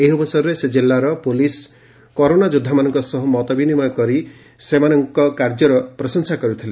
ଏହି ଅବସରରେ ସେ ଜିଲ୍ଲାର ପୁଲିସ କୋରନା ଯୋଦ୍ଧାମାନଙ୍କ ସହ ମତ ବିନିମୟ କରି ସେମାନଙ୍କ କାର୍ଯ୍ୟକୁ ପ୍ରଶଂସା କରିଥିଲେ